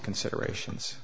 considerations